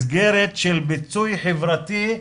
מסגרת של פיצוי חברתי,